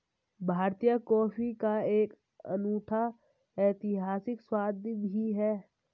भारतीय कॉफी का एक अनूठा ऐतिहासिक स्वाद भी है